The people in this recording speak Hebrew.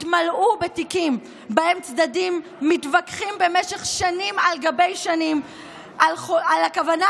התמלאו בתיקים שבהם צדדים מתווכחים במשך שנים על גבי שנים בקשר לכוונה